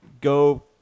Go